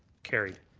carried.